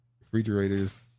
Refrigerators